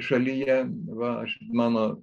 šalyje va aš mano